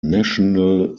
national